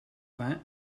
vingt